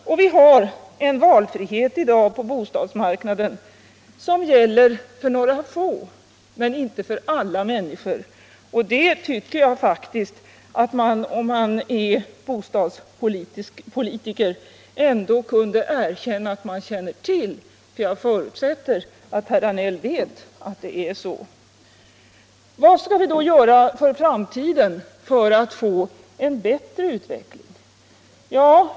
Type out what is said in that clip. Vi har i dag en valfrihet på bostadsmarknaden som gäller för några få, inte för alla människor. Det tycker jag faktiskt att den som är bostadspolitiker ändå kunde erkänna — jag förutsätter att herr Danell vet att det är så. Vad skall vi då göra för att i framtiden få en bättre utveckling?